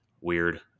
weird